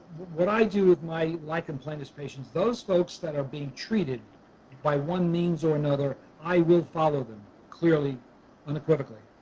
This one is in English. what i do with my lichen planus patients, those folks that are being treated by one means or another i will follow them clearly unequivocally.